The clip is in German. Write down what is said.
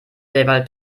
derweil